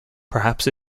perhaps